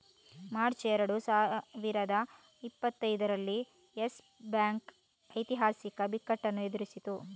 March ಎರಡು ಸಾವಿರದ ಇಪ್ಪತ್ತರಲ್ಲಿ ಯೆಸ್ ಬ್ಯಾಂಕ್ ಐತಿಹಾಸಿಕ ಬಿಕ್ಕಟ್ಟನ್ನು ಎದುರಿಸಿತು